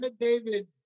David